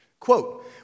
Quote